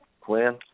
Quinn